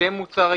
- שם מוצר העישון,